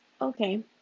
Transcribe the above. Okay